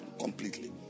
completely